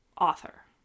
author